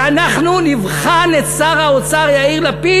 ואנחנו נבחן את שר האוצר יאיר לפיד,